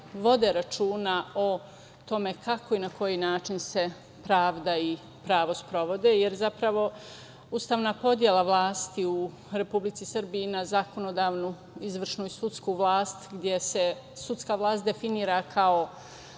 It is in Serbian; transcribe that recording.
vode računa o tome kako i na koji način se pravda i pravo sprovode, jer ustavna podela vlasti u Republici Srbiji na zakonodavnu, izvršnu i sudsku vlast, gde se sudska vlast definiše kao